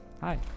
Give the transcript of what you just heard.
hi